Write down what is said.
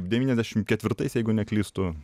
devyniasdešimt ketvirtais jeigu neklystu